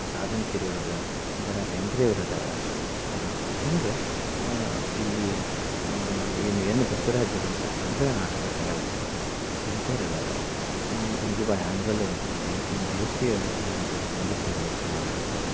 ಸಾಧನಕೇರಿ ಒಳಗೆ ದ ರಾ ಬೇಂದ್ರೆ ಅವ್ರು ಅದಾರ ಹಿಂಗೆ ಇಲ್ಲಿ ಏನು ಎನ್ ಬಸವರಾಜರ ಅಂಥ ದೊಡ್ಡ ನಾಟಕ ಕಲಾವಿದ್ರ ಅವರು ಅಂಥವ್ರು ಇದ್ದಾರೆ ಗಂಗೂಬಾಯಿ ಹಾನಗಲ್ಲೋರು ಅಂತಾರೆ ಭೀಮ್ ಸೇನ್ ಜೋಶಿ ಅಂಥವರು ಸಂಗೀತದ ಒಳಗೆ ಹೆಸ್ರು ಮಾಡ್ದೋರು ಅಂಥವ್ರು ಅದಾರ